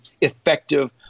effective